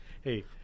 Hey